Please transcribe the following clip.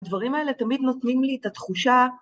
הדברים האלה תמיד נותנים לי את התחושה...